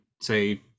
say